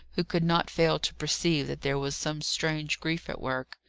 who could not fail to perceive that there was some strange grief at work.